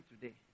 today